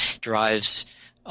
drives